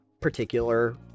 particular